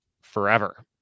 forever